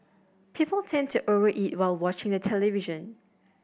people tend to over eat while watching the television